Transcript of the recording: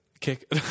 Kick